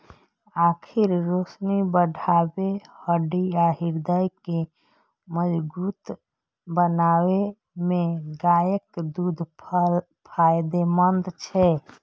आंखिक रोशनी बढ़बै, हड्डी आ हृदय के मजगूत बनबै मे गायक दूध फायदेमंद छै